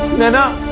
naina